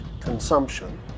consumption